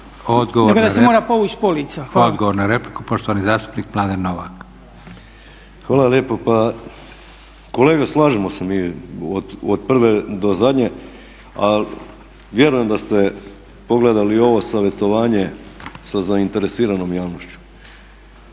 Odgovor na repliku, poštovani zastupnik Mladen Novak. **Novak, Mladen (ORaH)** Hvala lijepo. Pa kolega slažemo se mi od prve do zadnje, ali vjerujem da ste pogledali i ovo savjetovanje sa zainteresiranom javnošću.